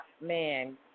man